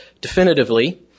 definitively